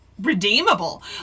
redeemable